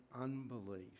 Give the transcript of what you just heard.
unbelief